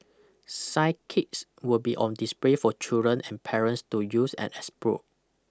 science kits will be on display for children and parents to use and explore